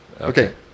Okay